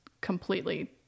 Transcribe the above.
completely